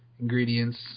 ingredients